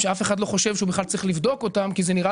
שאף אחד לא חושב שהוא בכלל צריך לבדוק אותם כי זה נראה